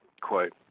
quote